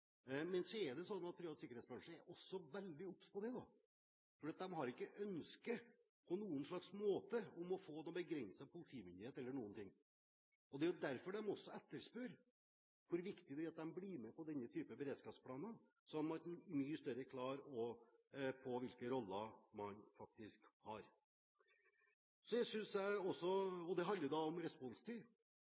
Privat sikkerhetsbransje også er veldig obs på det, for de har ikke på noen slags måte ønske om å få begrenset politimyndighet eller noe lignende. Det er derfor de også etterspør hvor viktig det er at de blir med på denne typen beredskapsplaner, sånn at man i mye større grad er klar over hvilke roller man faktisk har. Det handler da om responstid. Når representanten Bøhler nevner Akerselva; jeg